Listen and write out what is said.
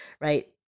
right